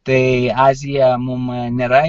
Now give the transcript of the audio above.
tai azija mum nėra